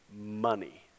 money